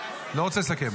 לא רוצה לסכם?